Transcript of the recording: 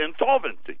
insolvency